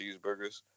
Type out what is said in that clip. cheeseburgers